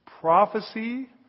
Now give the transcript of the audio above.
prophecy